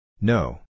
No